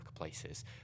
workplaces